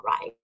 right